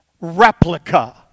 Replica